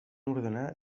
ordenar